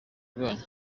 bwanyu